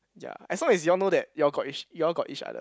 ya as long as you all know that you all got each you all got each other